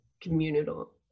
communal